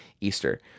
Easter